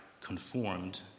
conformed